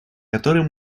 который